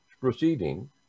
proceeding